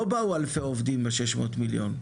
לא באו אלפי עובדים ב- 600 מיליון,